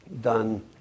done